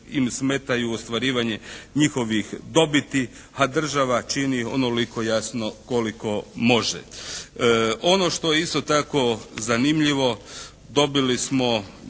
im smetaju u ostvarivanju njihovih dobiti, a država čini onoliko jasno koliko može. Ono što je isto tako zanimljivo, dobili smo,